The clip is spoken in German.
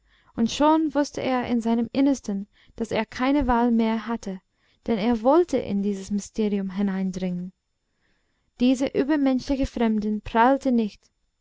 und schon wußte er in seinem innersten daß er keine wahl mehr hatte denn er wollte in dieses mysterium hineindringen dieser übermenschliche fremde prahlte nicht